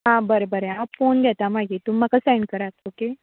आं बरें बरें हांव पोवन घेता मागीर म्हाका सेंड करात ओके